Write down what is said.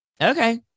Okay